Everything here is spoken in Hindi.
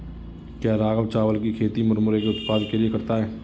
क्या राघव चावल की खेती मुरमुरे के उत्पाद के लिए करता है?